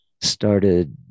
started